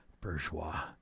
Bourgeois